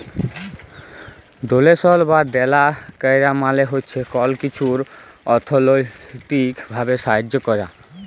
ডোলেশল বা দেলা ক্যরা মালে হছে কল কিছুর অথ্থলৈতিক ভাবে সাহায্য ক্যরা